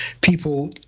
people